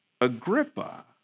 Agrippa